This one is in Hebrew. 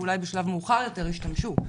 ואולי בשלב מאוחר יותר ישתמשו.